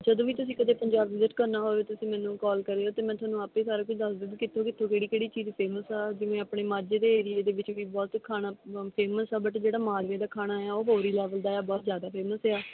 ਜਦੋਂ ਵੀ ਤੁਸੀਂ ਕਦੇ ਪੰਜਾਬ ਵਿਜਿਟ ਕਰਨਾ ਹੋਵੇ ਤੁਸੀਂ ਮੈਨੂੰ ਕੋਲ ਕਰਿਓ ਅਤੇ ਮੈਂ ਤੁਹਾਨੂੰ ਆਪੇ ਸਾਰਾ ਕੁਝ ਦੱਸ ਦਉਂਗੀ ਕਿੱਥੋਂ ਕਿੱਥੋਂ ਕਿਹੜੀ ਕਿਹੜੀ ਚੀਜ਼ ਫੇਮਸ ਆ ਜਿਵੇਂ ਆਪਣੇ ਮਾਝੇ ਦੇ ਏਰੀਏ ਦੇ ਵਿੱਚ ਵੀ ਬਹੁਤ ਖਾਣਾ ਫੇਮਸ ਆ ਬਟ ਜਿਹੜਾ ਮਾਲਵੇ ਦਾ ਖਾਣਾ ਹੈ ਆ ਉਹ ਹੋਰ ਹੀ ਲੈਵਲ ਦਾ ਆ ਬਹੁਤ ਜ਼ਿਆਦਾ ਫੇਮਸ ਆ